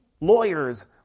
Lawyers